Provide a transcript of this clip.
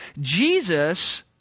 Jesus